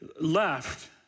left